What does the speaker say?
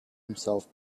himself